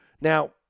Now